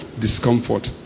discomfort